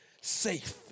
safe